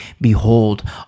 Behold